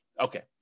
okay